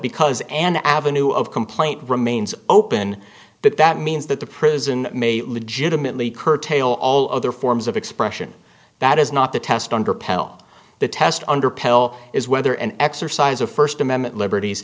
because an avenue of complaint remains open that that means that the prison may legitimately curtail all other forms of x pression that is not the test under pell the test under pell is whether an exercise of first amendment liberties